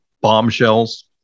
bombshells